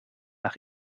nach